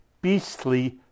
beastly